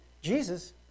Jesus